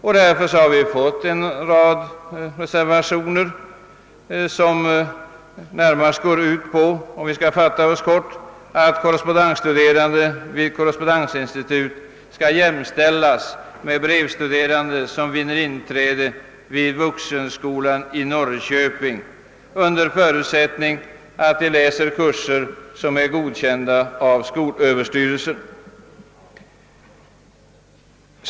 Vi har därför fått en rad reservationer, som i korthet går ut på att korrespondensstuderande vid korrespondensinstitut, under förutsättning att de läser av skolöverstyrelsen godkända kurser, skall jämställas med 'brevstuderande som vinner inträde vid vuxenskolan i Norrköping.